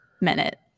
minute